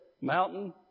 mountain